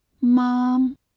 Mom